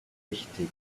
wichtig